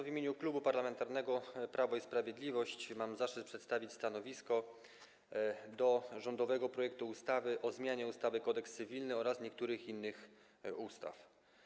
W imieniu Klubu Parlamentarnego Prawo i Sprawiedliwość mam zaszczyt przedstawić stanowisko odnośnie do rządowego projektu ustawy o zmianie ustawy Kodeks cywilny oraz niektórych innych ustaw.